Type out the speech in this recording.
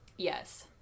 Yes